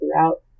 throughout